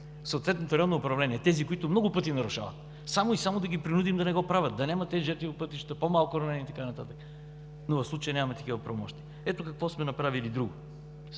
съответните районни управления тези, които много пъти нарушават, само и само да ги принудим да не го правят, да няма тези жертви по пътищата, по-малко ранени и така нататък. Но в случая нямаме такива правомощия. Ето какво друго сме направили с